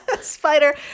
Spider